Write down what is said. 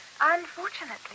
Unfortunately